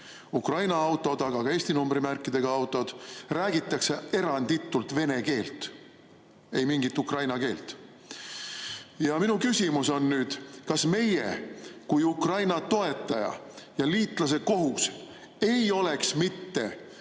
Ukraina autod, aga ka Eesti numbrimärkidega autod. Räägitakse eranditult vene keelt, ei mingit ukraina keelt. Minu küsimus on nüüd see: kas meie kui Ukraina toetaja ja liitlase kohus ei oleks mitte